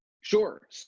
Sure